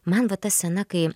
man va ta scena kai